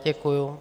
Děkuju.